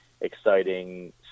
exciting